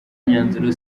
myanzuro